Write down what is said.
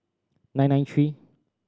nine nine three